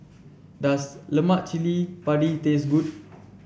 does Lemak Cili Padi taste good